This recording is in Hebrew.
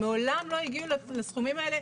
הם מעולם לא הגיעו לסכומים האלה,